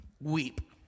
Weep